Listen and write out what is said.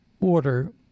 order